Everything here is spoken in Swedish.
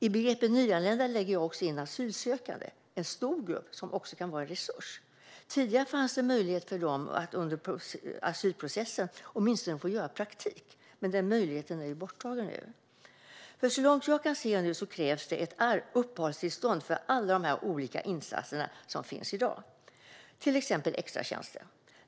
I begreppet "nyanlända" innefattar jag även asylsökare, en stor grupp som också kan vara en stor resurs. Tidigare fanns det möjlighet för dem att åtminstone få göra praktik under asylprocessen. Men den möjligheten är i dag borttagen. Så långt jag kan se krävs det uppehållstillstånd för alla de olika insatser som finns i dag, till exempel extratjänster.